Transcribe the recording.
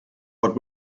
what